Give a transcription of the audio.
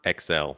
XL